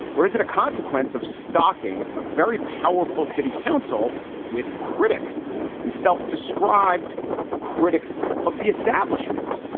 or is it a consequence of stalking? a very powerful city council with critics and self-described critics of the establishment.